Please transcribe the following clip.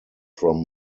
from